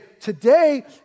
today